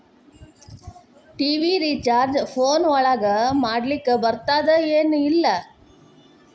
TV recharge phone ಒಳಗ ಮಾಡ್ಲಿಕ್ ಬರ್ತಾದ ಏನ್ ಇಲ್ಲ?